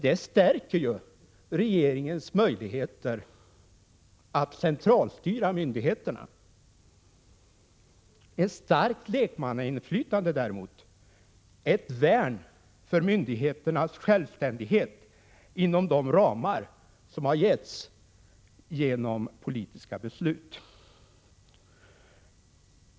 Det stärker ju regeringens möjligheter att centralstyra myndigheterna! Ett starkt lekmannainflytande däremot är ett värn för myndigheternas självständighet inom de ramar som I har givits genom politiska beslut.